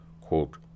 quote